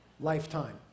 lifetime